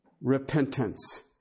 repentance